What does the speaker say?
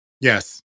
Yes